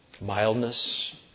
Mildness